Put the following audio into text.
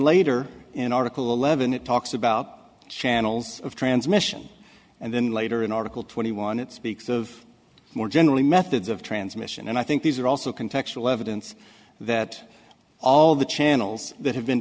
later in article eleven it talks about channels of transmission and then later in article twenty one it speaks of more generally methods of transmission and i think these are also contextual evidence that all the channels that have been